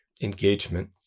engagement